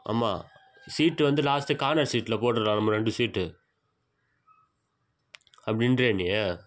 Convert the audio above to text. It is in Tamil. ஆமாம் சீட்டு வந்து லாஸ்ட்டு கார்னர் சீட்டில் போட்டுடலாம் நம்ம ரெண்டு சீட்டு அப்படின்றியா நீ